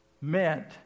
meant